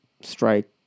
strike